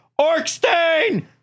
Orkstein